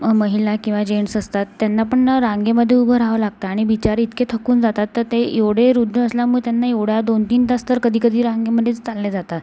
महिला किंवा जेंट्स असतात त्यांना पण ना रांगेमध्ये उभं राहावं लागतं आणि बिचारे इतके थकून जातात तर ते एवढे वृद्ध असल्यामुळे त्यांना एवढा वेळ दोन तीन तास तरी कधी कधी रांगेमध्येच ताणले जातात